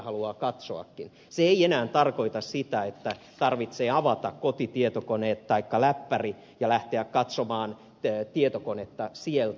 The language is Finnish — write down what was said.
se ei enää tarkoita sitä että tarvitsee avata kotitietokoneet taikka läppäri ja lähteä katsomaan tietokonetta sieltä